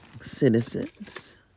citizens